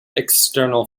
external